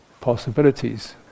possibilities